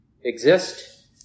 exist